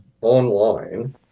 online